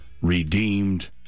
redeemed